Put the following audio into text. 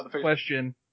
question